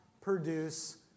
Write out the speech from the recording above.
produce